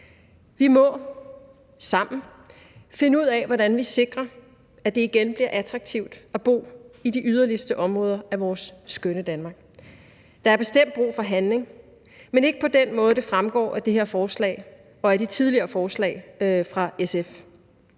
Vi må sammen finde ud af, hvordan vi sikrer, at det igen bliver attraktivt at bo i de yderste områder af vores skønne Danmark. Der er bestemt brug for handling, man ikke på den måde, det fremgår af det her forslag og af de tidligere forslag fra SF.